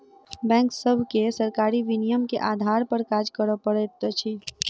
bank सभके सरकारी विनियमन के आधार पर काज करअ पड़ैत अछि